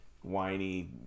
whiny